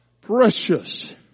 Precious